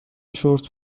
شرت